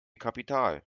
kapital